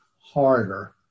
harder